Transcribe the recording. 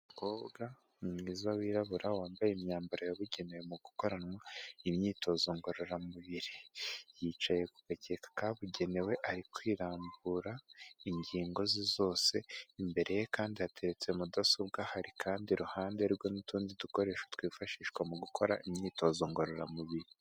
Umukobwa mwiza warabura wambaye imyambaro yabugenewe mu gukoranwa imyitozo ngororamubiri. Yicaye ku gakeka kabugenewe ari kwirambura ingingo ze zose, imbere ye kandi hateretse mudasobwa, hari kandi iruhande rwe n'utundi dukoresho twifashishwa mu gukora imyitozo ngororamubiri.